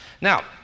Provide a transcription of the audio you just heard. Now